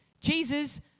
Jesus